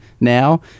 now